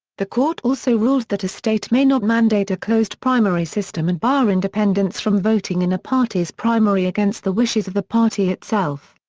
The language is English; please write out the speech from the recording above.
the court also ruled that a state may not mandate a closed primary system and bar independents from voting in a party's primary against the wishes of the party itself.